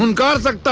um guards. where